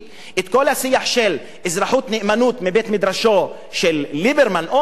כל השיח של אזרחות-נאמנות מבית-המדרש של ליברמן או אחרים,